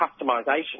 customisation